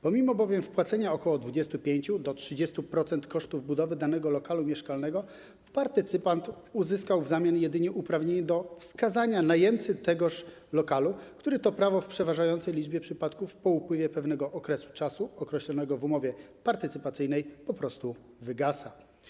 Pomimo bowiem wpłacenia od ok. 25% do 30% kosztów budowy danego lokalu mieszkalnego partycypant uzyskał w zamian jedynie uprawnienie do wskazania najemcy tegoż lokalu, które to prawo w przeważającej liczbie przypadków po upływie pewnego czasu określonego w umowie partycypacyjnej po prostu wygasa.